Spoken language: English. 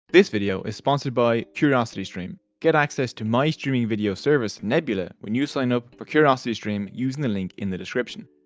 this video is sponsored by curiositystream. get access to my streaming video service, nebula, when you sign up for curiositystream using the link in the description.